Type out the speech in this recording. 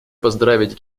поздравить